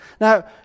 now